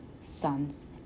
sons